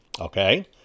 okay